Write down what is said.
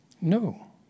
No